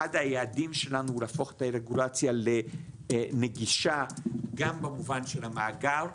אחד היעדים שלנו הוא להפוך את הרגולציה לנגישה גם במובן של המאגר.